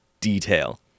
detail